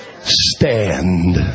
stand